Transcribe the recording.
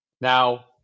Now